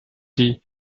die